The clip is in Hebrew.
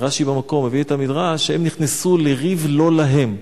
רש"י הביא את המדרש שהם נכנסו לריב לא להם.